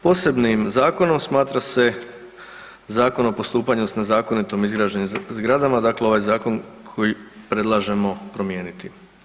Posebnim zakonom smatra se Zakon o postupanju sa nezakonito izgrađenim zgradama, dakle ovaj zakon koji predlažemo promijeniti.